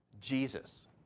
Jesus